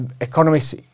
Economists